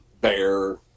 bear